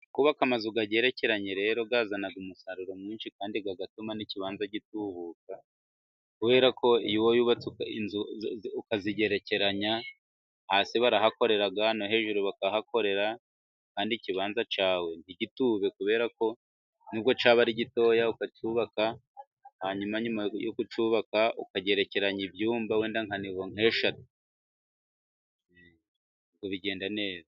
Kubaka amazu agerekeranye rero azana umusaruro mwinshi kandi agatuma n'ikibanza gitubuka, kuberako iyo wayubatse inzu ukazigerekeranya hasi barahakorera no hejuru bakahakorera, kandi ikibanza cyawe ntigitube kuberako n'ubwo cyaba ari gitoya ukacyubaka hanyuma nyuma yo kucyubaka ukagerekeranya ibyumba wenda nka nivo nk' eshatu bigenda neza.